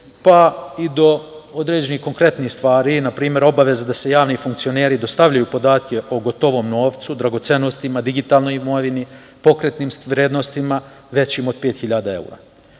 pa i do određenih konkretnih stvari, npr. obaveze da javni funkcioneri dostavljaju podatke o gotovom novcu, dragocenostima, digitalnoj imovini, pokretnim vrednostima većim od 5.000